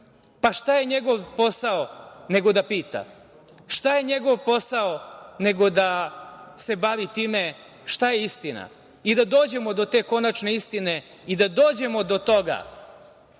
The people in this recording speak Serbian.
Šta je njegov posao nego da pita? Šta je njegov posao nego da se bavi time šta je istina i da dođemo do te konačne istine. Da dođemo do toga